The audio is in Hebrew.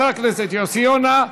חבר הכנסת יוסי יונה,